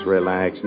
relax